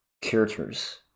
characters